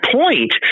point